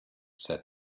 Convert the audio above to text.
said